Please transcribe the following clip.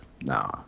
nah